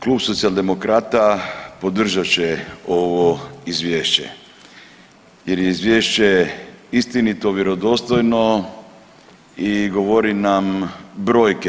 Klub socijaldemokrata podržat će ovo izvješće jer je izvješće istinito, vjerodostojno i govori nam brojke.